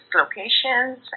locations